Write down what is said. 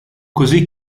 così